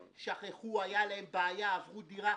שכחו, היתה להם בעיה, עברו דירה.